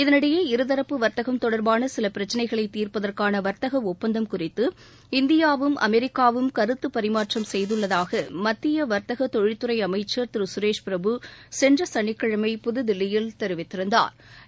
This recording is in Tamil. இதனிடையே இருதரப்பு வர்த்தகம் தொடர்பான சில பிரச்னைகளை தீர்ப்பதற்கான வர்த்தக ஒப்பந்தம் குறித்து இந்தியாவும் அமெிக்காவும் கருத்து பரிமாற்றம் செய்துள்ளதாக மத்திய வர்த்தக தொழில்துறை அமைச்சா் திரு சுரேஷ் பிரபு சென்ற சனிக்கிழமை புதுதில்லியில் தெரிவித்திருந்தாா்